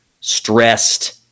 stressed